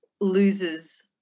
loses